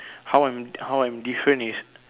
how I'm how I'm different is